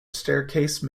staircase